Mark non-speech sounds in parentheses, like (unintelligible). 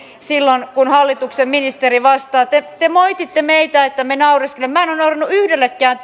silloin kun hallituksen ministeri vastaa te moititte meitä että me naureskelemme minä en ole nauranut yhdellekään (unintelligible)